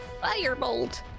Firebolt